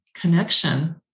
connection